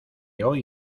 hoy